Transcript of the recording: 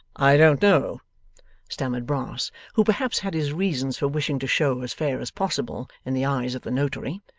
i don't know stammered brass, who perhaps had his reasons for wishing to show as fair as possible in the eyes of the notary.